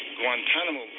Guantanamo